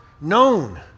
known